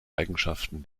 eigenschaften